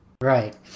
Right